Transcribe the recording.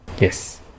Yes